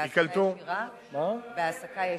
בהעסקה ישירה.